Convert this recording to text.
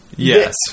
Yes